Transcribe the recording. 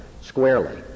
squarely